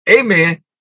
Amen